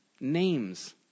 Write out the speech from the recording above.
names